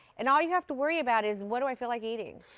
and all you have to worry about is what do i feel like eating.